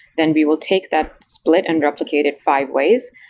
then we will take that split and replicate it five ways.